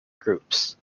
groups